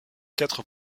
quatre